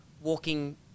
walking